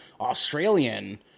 Australian